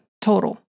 total